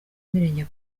mirenge